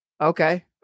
Okay